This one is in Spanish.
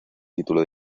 título